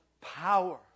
power